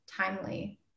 timely